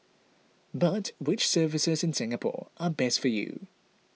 but which services in Singapore are best for you